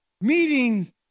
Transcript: meetings